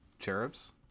Cherubs